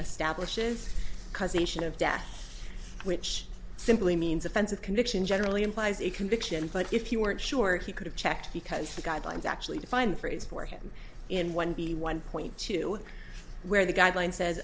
establishes causation of death which simply means offensive conviction generally implies a conviction but if you weren't sure he could have checked because the guidelines actually define the phrase for him in one b one point two where the guideline